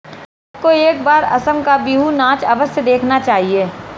सबको एक बार असम का बिहू नाच अवश्य देखना चाहिए